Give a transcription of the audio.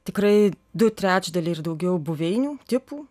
tikrai du trečdaliai ir daugiau buveinių tipų